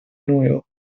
nuevo